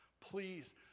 Please